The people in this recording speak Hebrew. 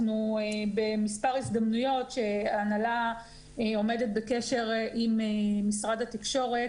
אנחנו במספר הזדמנויות שההנהלה עומדת בקשר עם משרד התקשורת,